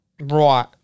Right